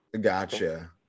Gotcha